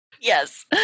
Yes